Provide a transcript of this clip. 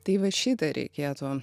tai va šitą reikėtų